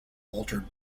altered